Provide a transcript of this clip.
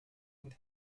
und